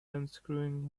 unscrewing